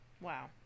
Wow